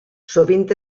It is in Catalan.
sovint